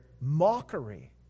mockery